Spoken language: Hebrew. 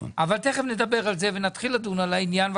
תיכף נדבר על זה ונתחיל לדון על העניין.